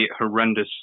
horrendous